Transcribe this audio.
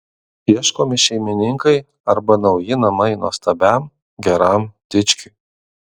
ieškomi šeimininkai arba nauji namai nuostabiam geram dičkiui